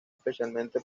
especialmente